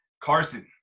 Carson